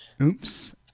Oops